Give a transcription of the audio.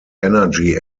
energy